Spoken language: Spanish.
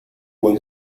buen